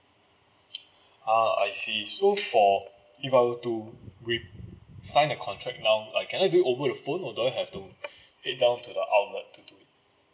ah I see so for if I were to with sign the contract now I can I do it over the phone or do I have to head down to the outlet